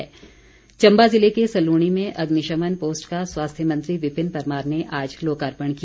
अग्निशमन चम्बा ज़िले के सलूणी में अग्निशमन पोस्ट का स्वास्थ्य मंत्री विपिन परमार ने आज लोकार्पण किया